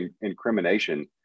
incrimination